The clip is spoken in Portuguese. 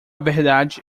verdade